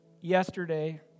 yesterday